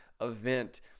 event